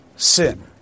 Sin